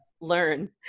learn